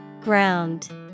Ground